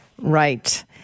Right